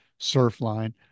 surfline